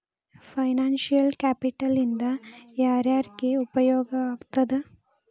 Financial capital ಇಂದಾ ಯಾರ್ಯಾರಿಗೆ ಉಪಯೊಗಾಗ್ತದ?